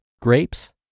Grapes